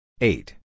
eight